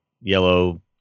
yellow